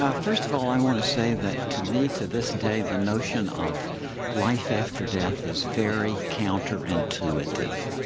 ah first of all, i want to say that to me to this day the notion of life after death is very counterintuitive.